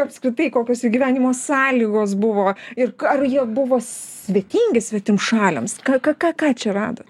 apskritai kokios jų gyvenimo sąlygos buvo ir ar jie buvo svetingi svetimšaliams ką ką ką ką čia radot